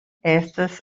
estas